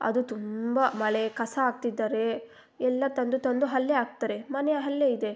ಅದು ತುಂಬ ಮಳೆ ಕಸ ಹಾಕ್ತಿದ್ದಾರೆ ಎಲ್ಲ ತಂದು ತಂದು ಅಲ್ಲೆ ಹಾಕ್ತಾರೆ ಮನೆ ಅಲ್ಲೇ ಇದೆ